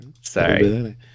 Sorry